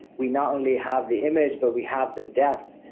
we not only have the image, but we have the depth,